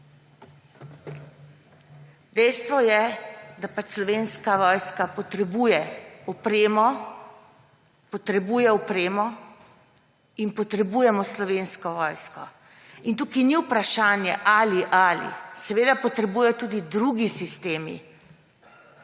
Dejstvo je, da pač Slovenska vojska potrebuje opremo, potrebuje opremo; in potrebujemo Slovensko vojsko. In tukaj ni vprašanje, ali–ali, seveda potrebujejo tudi drugi sistemi.